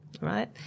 right